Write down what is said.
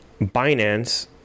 Binance